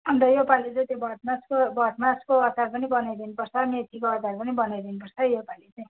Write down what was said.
अन्त योपालि चाहिँ त्यो भटमासको भटमासको अचार पनि बनाइदिनुपर्छ मेथीको अचार पनि बनाइदिनुपर्छ है यो पालि